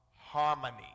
harmony